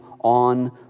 on